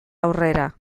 aurrera